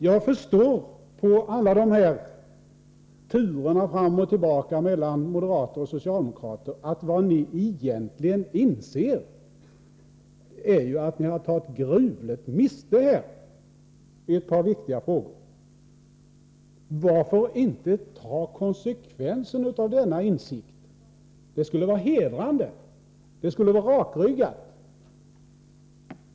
Jag förstår av alla turerna fram och tillbaka mellan moderater och socialdemokrater att ni egentligen inser att ni har tagit gruvligt miste i ett par viktiga frågor. Varför inte ta konsekvensen av denna insikt? Det skulle vara hedrande, och det skulle vara rakryggat.